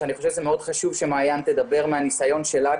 ואני חושב שזה מאוד חשוב שהיא תדבר מהניסיון שלה,